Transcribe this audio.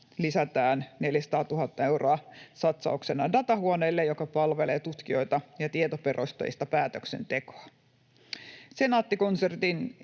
lisätään 400 000 euroa satsauksena datahuoneille, jotka palvelevat tutkijoita ja tietoperusteista päätöksentekoa. Senaatti-konsernin